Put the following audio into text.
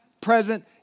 present